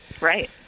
right